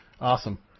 Awesome